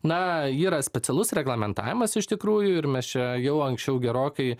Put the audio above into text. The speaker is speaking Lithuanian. na yra specialus reglamentavimas iš tikrųjų ir mes čia jau anksčiau gerokai